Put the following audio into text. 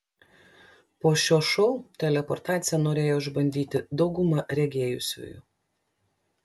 po šio šou teleportaciją norėjo išbandyti dauguma regėjusiųjų